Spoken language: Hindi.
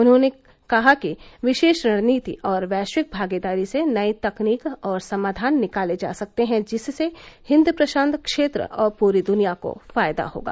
उन्होंने कहा कि विशेष रणनीति और वैश्विक भागीदारी से नयी तकनीक और समाधान निकाले जा सकते हैं जिससे हिंद प्रशांत क्षेत्र और पूरी दुनिया को फायदा होगा